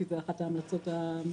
כי זו אחת ההמלצות הבולטות,